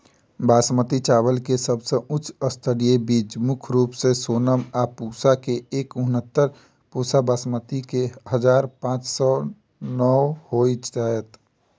बासमती चावल केँ सबसँ उच्च स्तरीय बीज मुख्य रूप सँ सोनम आ पूसा एक सै उनहत्तर, पूसा बासमती एक हजार पांच सै नो होए छैथ?